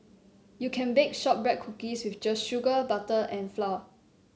you can bake shortbread cookies with just sugar butter and flour